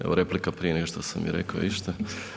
Evo replika prije nego što sam i rekao išta.